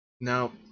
Now